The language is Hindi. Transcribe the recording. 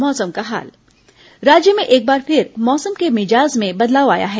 मौसम राज्य में एक बार फिर मौसम के मिजाज में बदलाव आया है